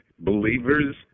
Believers